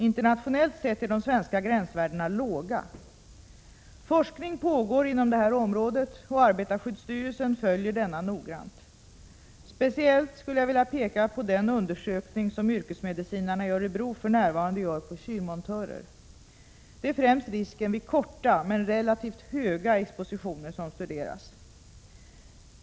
Internationellt sett är de svenska gränsvärdena låga. Forskning pågår inom det här området, och arbetarskyddsstyrelsen följer denna noggrant. Speciellt skulle jag vilja peka på den undersökning som yrkesmedicinarna i Örebro för närvarande gör på kylmontörer. Det är främst risken vid korta men relativt höga expositioner som studeras.